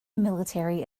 military